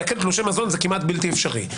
שלעקל תלושי מזון זה כמעט בלתי אפשרי.